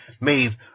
made